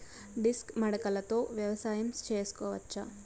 Disc మడకలతో వ్యవసాయం చేసుకోవచ్చా??